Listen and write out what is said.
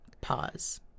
pause